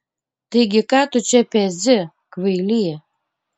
taigi ką tu čia pezi kvaily